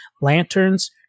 lanterns